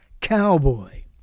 Cowboy